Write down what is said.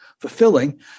fulfilling